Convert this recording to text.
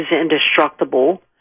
indestructible